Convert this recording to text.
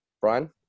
Brian